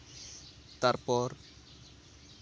ᱛᱟᱨᱯᱚᱨ